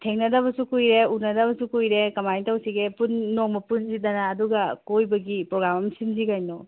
ꯊꯦꯡꯅꯗꯕꯁꯨ ꯀꯨꯏꯔꯦ ꯎꯅꯗꯕꯁꯨ ꯀꯨꯏꯔꯦ ꯀꯥꯃꯥꯏꯅ ꯇꯧꯁꯤꯒꯦ ꯅꯣꯡꯃ ꯄꯨꯟꯁꯤꯗꯅ ꯑꯗꯨꯒ ꯀꯣꯏꯕꯒꯤ ꯄ꯭ꯔꯣꯒꯥꯝ ꯑꯃ ꯁꯤꯟꯁꯤ ꯀꯩꯅꯣ